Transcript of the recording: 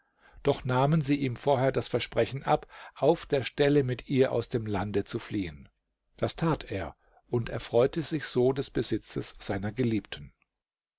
doch nahmen sie ihm vorher das versprechen ab auf der stelle mit ihr aus dem lande zu fliehen das tat er und erfreute sich so des besitzes seiner geliebten